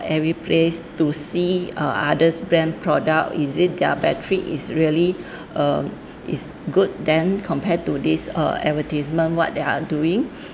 every place to see uh others brand product is it their battery is really uh is good than compared to this uh advertisement what they're doing